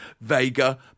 Vega